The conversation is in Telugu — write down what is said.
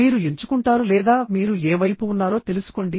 మీరు ఎంచుకుంటారు లేదా మీరు ఏ వైపు ఉన్నారో తెలుసుకొండి